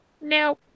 no